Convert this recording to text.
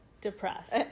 Depressed